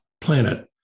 planet